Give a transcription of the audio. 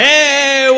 Hey